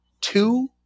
two